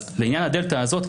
לעניין הדלתא הזאת,